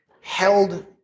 held